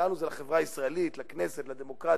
"לנו" זה לחברה הישראלית, לכנסת, לדמוקרטיה.